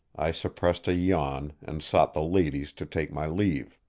i suppressed a yawn and sought the ladies to take my leave.